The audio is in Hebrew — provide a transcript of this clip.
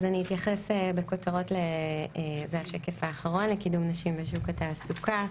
אני אתייחס בכותרות לשקף האחרון: קידום נשים בשוק התעסוקה.